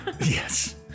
yes